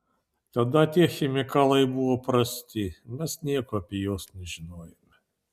tada tie chemikalai buvo prasti mes nieko apie juos nežinojome